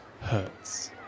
hurts